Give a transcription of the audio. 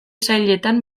sailetan